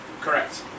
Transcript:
Correct